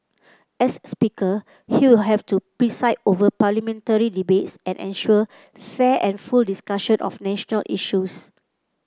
as Speaker he will have to preside over Parliamentary debates and ensure fair and full discussion of national issues